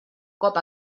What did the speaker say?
cop